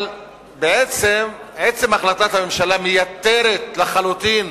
אבל בעצם, עצם החלטת הממשלה מייתרת לחלוטין